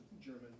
German